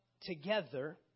together